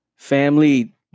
Family